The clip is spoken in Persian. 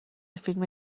فیلم